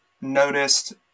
noticed